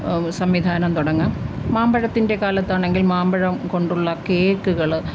സംവിധാനം തുടങ്ങാം മാമ്പഴത്തിൻ്റെ കാലത്താണെങ്കിൽ മാമ്പഴം കൊണ്ടുള്ള കേക്കുകള്